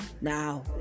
Now